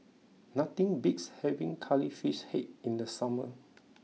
nothing beats having Curry Fish Head in the summer